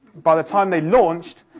by the time they launched,